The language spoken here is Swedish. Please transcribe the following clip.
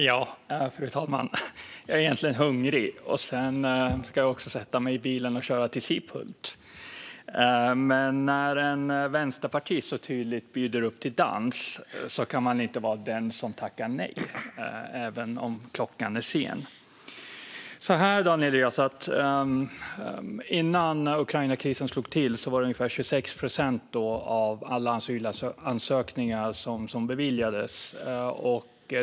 Fru talman! Jag är egentligen hungrig, och efter detta ska jag dessutom sätta mig i bilen och köra till Sibbhult. Men när en vänsterpartist så tydligt bjuder upp till dans kan man inte vara den som tackar nej, även om klockan är mycket. Innan Ukrainakrisen slog till var det ungefär 26 procent av alla asylansökningar som beviljades, Daniel Riazat.